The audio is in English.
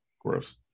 Gross